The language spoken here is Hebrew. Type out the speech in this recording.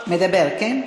מדבר, כן?